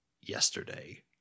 yesterday